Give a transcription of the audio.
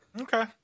okay